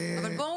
משתנה.